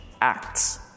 acts